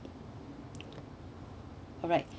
alright